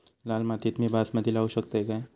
लाल मातीत मी बासमती लावू शकतय काय?